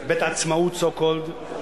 בית-העצמאות, so called.